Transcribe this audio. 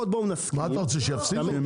מה אתה רוצה, שהם יפסידו?